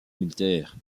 militaire